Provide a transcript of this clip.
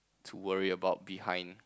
to worry about behind